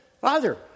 Father